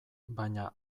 baina